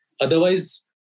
Otherwise